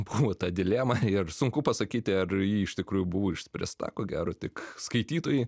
buvo ta dilema ir sunku pasakyti ar ji iš tikrųjų buvo išspręsta ko gero tik skaitytojai